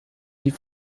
die